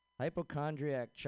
Hypochondriac